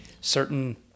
certain